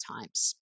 times